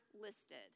listed